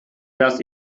das